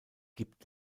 gibt